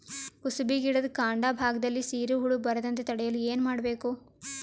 ಕುಸುಬಿ ಗಿಡದ ಕಾಂಡ ಭಾಗದಲ್ಲಿ ಸೀರು ಹುಳು ಬರದಂತೆ ತಡೆಯಲು ಏನ್ ಮಾಡಬೇಕು?